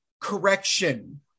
correction